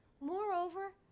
Moreover